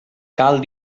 cal